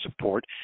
support